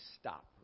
stop